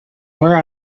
where